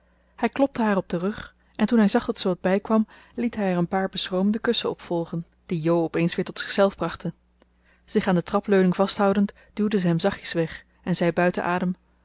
hij klopte haar op den rug en toen hij zag dat ze wat bijkwam liet hij er een paar beschroomde kussen op volgen die jo op eens weer tot zichzelf brachten zich aan de trapleuning vasthoudend duwde ze hem zachtjes weg en zei buiten adem